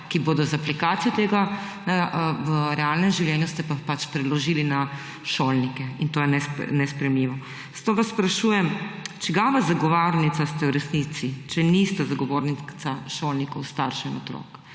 ki bodo z aplikacijo tega v realnem življenju, ste pa preložili na šolnike, in to je nesprejemljivo. Zato vas sprašujem: Čigava zagovornica ste v resnici, če niste zagovornica šolnikov, staršev in otrok?